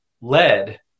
lead